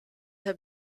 herr